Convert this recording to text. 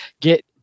Get